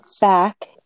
back